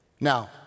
Now